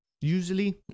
usually